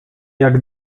jak